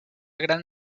gran